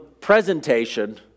presentation